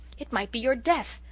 it might be your death.